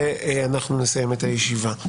ואנחנו נסיים את הישיבה.